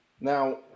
Now